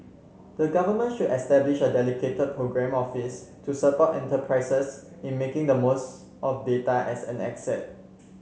the Government should establish a dedicated programme office to support enterprises in making the most of data as an asset